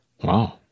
Wow